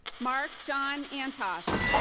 mark john antosh.